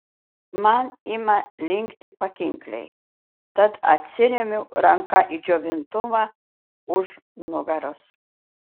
man ima linkti pakinkliai tad atsiremiu ranka į džiovintuvą už nugaros